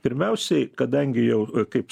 pirmiausiai kadangi jau kaip